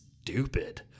stupid